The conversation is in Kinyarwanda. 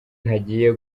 ntagiye